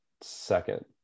Second